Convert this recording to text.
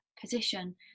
position